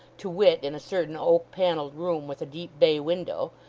to wit, in a certain oak-panelled room with a deep bay window,